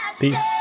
Peace